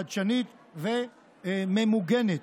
חדשנית וממוגנת.